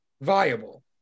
viable